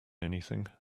anything